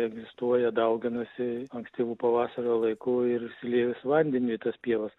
egzistuoja dauginasi ankstyvu pavasario laiku ir išsiliejus vandeniui į tas pievas